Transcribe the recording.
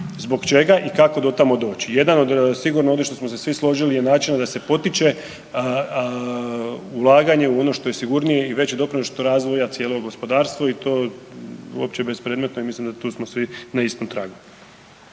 zbog čega i kako do tamo doći. Jedan od sigurno ovdje što smo se svi složili način da se potiče ulaganje u ono što je sigurnije i veći doprinos što razvoja, cijelo gospodarstvo i to je uopće bespredmetno i mislim da smo tu svi na istom tragu.